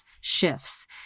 shifts